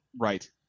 Right